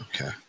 Okay